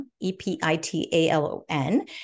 E-P-I-T-A-L-O-N